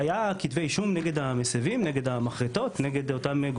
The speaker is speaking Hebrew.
האם היו כתבי אישום נגד אותם מסבים?